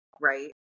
right